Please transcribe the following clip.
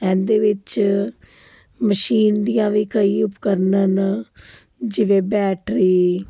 ਇਹਦੇ ਵਿੱਚ ਮਸ਼ੀਨ ਦੀਆਂ ਵੀ ਕਈ ਉਪਕਰਨ ਹਨ ਜਿਵੇਂ ਬੈਟਰੀ